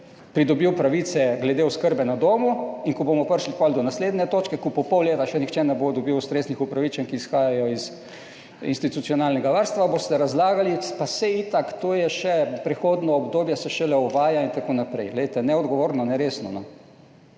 pridobil pravice glede oskrbe na domu in ko bomo prišli pol do naslednje točke, ko po pol leta še nihče ne bo dobil ustreznih upravičenj, ki izhajajo iz institucionalnega varstva boste razlagali, pa saj itak to je še prehodno obdobje, se šele uvaja in tako naprej. Glejte, neodgovorno, neresno,